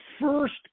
first